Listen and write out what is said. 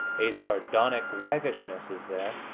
a sardonic waggishness is there,